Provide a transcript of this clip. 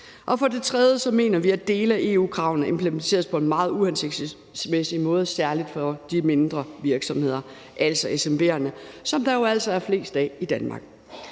For det tredje mener vi, at dele af EU-kravene implementeres på en meget uhensigtsmæssig måde, særlig for de mindre virksomheder, altså SMV'erne, som der jo altså er flest af i Danmark.